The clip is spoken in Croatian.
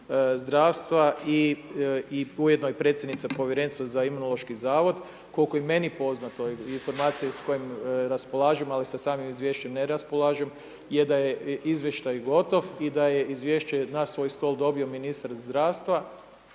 zdravstva i ujedno i predsjednica povjerenstva za Imunološki zavod. Koliko je meni poznato i informacije s kojima raspolažemo ali sa samim izvješćem ne raspolažem je da je izvještaj gotov i da je izvješće na svoj stol dobio ministar zdravstva